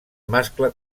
mascle